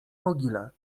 mogile